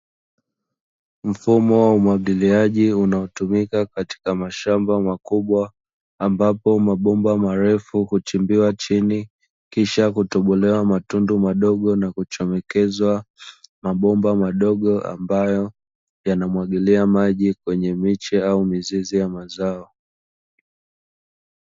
Mfumo wa umwagiliaji unaotumika katika mashamba makubwa, ambapo mabomba marefu huchimbiwa chini, kisha kutobolewa matundu madogo na kuchomekezwa mabomba madogo yanayomwagilia maji kwenye miche au mizizi ya mazao.